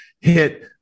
hit